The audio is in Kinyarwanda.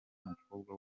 umukobwa